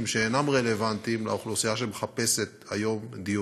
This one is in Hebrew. שאינם רלוונטיים לאוכלוסייה שמחפשת היום דיור.